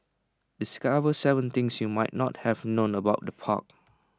discover Seven things you might not have known about the park